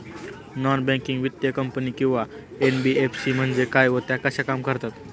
Non banking वित्तीय company किंवा NBFC म्हणजे काय व त्या कशा काम करतात?